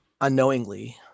unknowingly